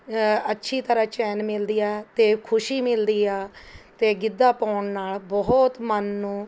ਅੱਛੀ ਤਰ੍ਹਾਂ ਚੈਨ ਮਿਲਦੀ ਹੈ ਅਤੇ ਖੁਸ਼ੀ ਮਿਲਦੀ ਹੈ ਅਤੇ ਗਿੱਧਾ ਪਾਉਣ ਨਾਲ਼ ਬਹੁਤ ਮਨ ਨੂੰ